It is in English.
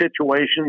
situations